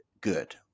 good –